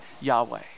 Yahweh